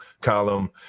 column